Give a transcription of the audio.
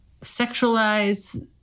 sexualize